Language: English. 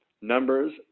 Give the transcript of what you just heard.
numbers